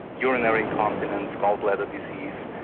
urinary incontinence, gallbladder disease,